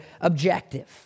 objective